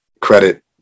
credit